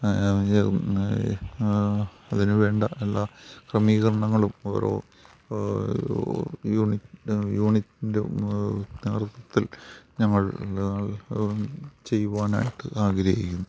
അതിന് വേണ്ട എല്ലാ ക്രമീകരണങ്ങളും ഓരോ യൂണിറ്റ്ന്റെ നേതൃത്വത്തിൽ ഞങ്ങൾ ചെയ്യുവാനായിട്ട് ആഗ്രഹക്കുന്നു